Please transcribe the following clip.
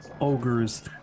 ogres